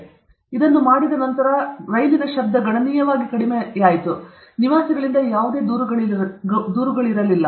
ಅವರು ಇದನ್ನು ಮಾಡಿದ ನಂತರ ಶಬ್ದ ಗಣನೀಯವಾಗಿ ಕಡಿಮೆಯಾಯಿತು ನಿವಾಸಿಗಳಿಂದ ಯಾವುದೇ ದೂರುಗಳಿಲ್ಲ